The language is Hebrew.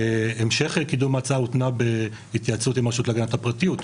המשך קידום ההצעה הותנה בהתייעצות עם הרשות להגנת הפרטיות.